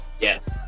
Yes